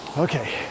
okay